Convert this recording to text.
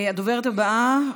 הדוברת הבאה,